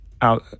out